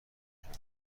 شود